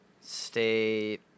stay